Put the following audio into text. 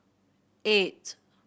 eight